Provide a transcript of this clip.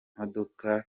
modoka